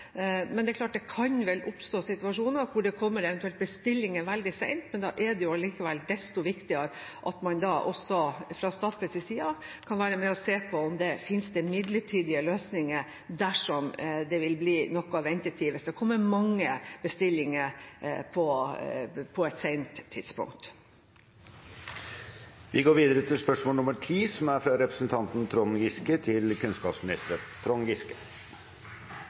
Men det er klart at det kan vel oppstå situasjoner hvor det kommer bestillinger veldig sendt. Da er det desto viktigere at man også fra Statped sin side kan være med og se på om det finnes midlertidige løsninger dersom det vil bli noe ventetid hvis det kommer mange bestillinger på et sent tidspunkt. Det er hyggelig å se Aspaker tilbake i skolerollen. Jeg har følgende spørsmål til fungerende kunnskapsminister: